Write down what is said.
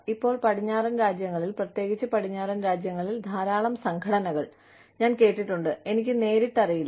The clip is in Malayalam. ഇപ്പോൾ പടിഞ്ഞാറൻ രാജ്യങ്ങളിൽ പ്രത്യേകിച്ച് പടിഞ്ഞാറൻ രാജ്യങ്ങളിൽ ധാരാളം സംഘടനകൾ ഞാൻ കേട്ടിട്ടുണ്ട് എനിക്ക് നേരിട്ട് അറിയില്ല